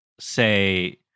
Say